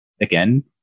again